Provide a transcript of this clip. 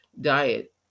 diet